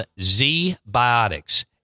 Z-Biotics